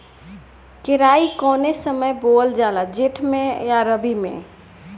केराई कौने समय बोअल जाला जेठ मैं आ रबी में?